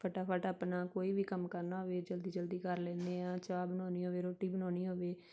ਫਟਾਫਟ ਆਪਣਾ ਕੋਈ ਵੀ ਕੰਮ ਕਰਨਾ ਹੋਵੇ ਜਲਦੀ ਜਲਦੀ ਕਰ ਲੈਂਦੇ ਹਾਂ ਚਾਹ ਬਣਾਉਣੀ ਹੋਵੇ ਰੋਟੀ ਬਣਾਉਣੀ ਹੋਵੇ